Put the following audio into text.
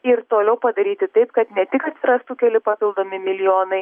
ir toliau padaryti taip kad ne tik atsirastų keli papildomi milijonai